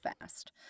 fast